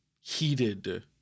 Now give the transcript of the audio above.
heated